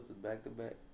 back-to-back